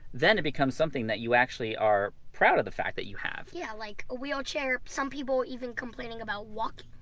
then it becomes something that you actually are proud of the fact that you have. yeah, like ah we all cheer up some people even complaining about walking.